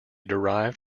derived